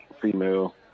female